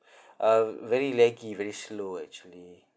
uh very laggy very slow actually